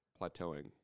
plateauing